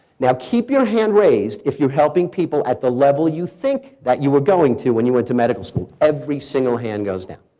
now keep your hand raised if you're helping people at the level you think that you were going to when you went to medical school, every single hand goes down.